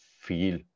feel